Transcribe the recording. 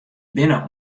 binne